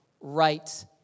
right